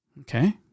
Okay